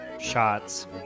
shots